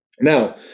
Now